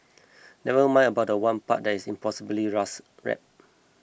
never mind about the one part that is an impossibly fast rap